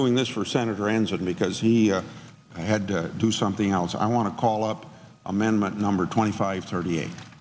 doing this for senator reins of because he had to do something else i want to call up amendment number twenty five thirty eight